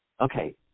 Okay